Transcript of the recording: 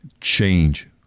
change